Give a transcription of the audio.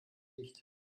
dicht